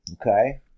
Okay